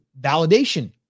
validation